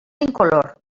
incolor